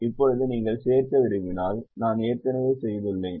இப்போது நீங்கள் சேர்க்க விரும்பினால் நான் ஏற்கனவே செய்துள்ளேன்